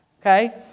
Okay